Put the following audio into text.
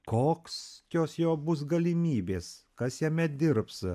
koks jos jo bus galimybės kas jame dirbs